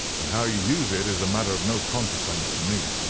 and how you use it is a matter of no consequence to me.